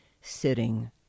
sitting